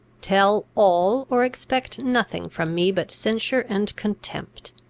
tell all, or expect nothing from me but censure and contempt.